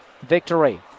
victory